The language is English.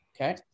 Okay